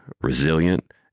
resilient